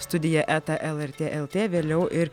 studija eta lrt lt vėliau ir